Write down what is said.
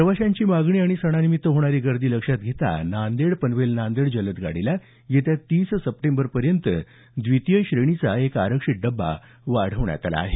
प्रवाशांची मागणी आणि सणांनिमित्त होणारी गर्दी लक्षात घेता नांदेड पनवेल नांदेड जलद गाडीला येत्या तीस सप्टेंबर पर्यंत द्वितीय श्रेणीचा एक आरक्षित डब्बा वाढवण्यात आला आहे